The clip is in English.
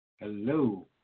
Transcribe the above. Hello